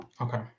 Okay